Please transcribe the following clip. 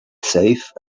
safe